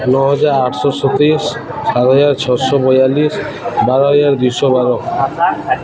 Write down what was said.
ନଅହଜାର ଆଠଶହ ସତେଇଶ ସାତହଜାର ଛଅଶହ ବୟାଳିଶ ବାରହଜାର ଦୁଇଶହ ବାର